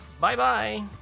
Bye-bye